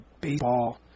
baseball